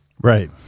Right